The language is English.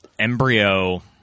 embryo